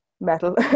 metal